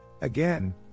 Again